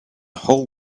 whole